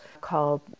called